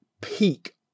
peak